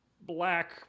black